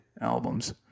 albums